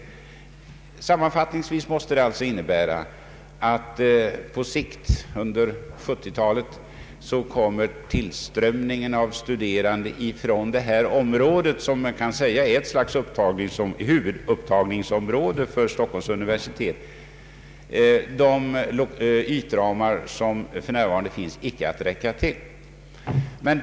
På grund av den ökade tillströmningen under 1970-talet av studerande från det område som kan sägas vara huvudupptagningsområde för Stockholms univer sitet, kommer de ytramar som för närvarande finns inte att räcka till.